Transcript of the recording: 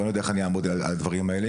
אני ל איודע איך אני אעמוד על הדברים האלו,